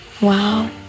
Wow